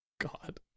God